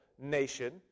nation